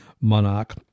Monarch